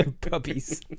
Puppies